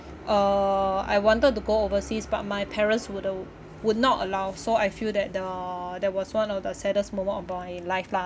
uh I wanted to go overseas but my parents wouldn't would not allow so I feel that the that was one of the saddest moment of my life lah